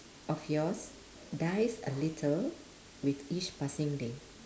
of yours dies a little with each passing day